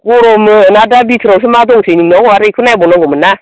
गरम'नो ना दा बिथोरावसो मा दंसै नोंनाव आर बिखौ नायबाव नांगौमोन ना